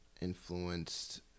influenced